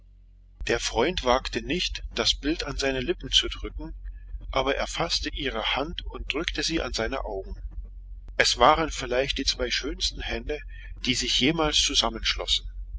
der freund wagte nicht das bild an seine lippen zu drücken aber er faßte ihre hand und drückte sie an seine augen es waren vielleicht die zwei schönsten hände die sich jemals zusammenschlossen